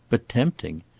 but tempting.